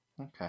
Okay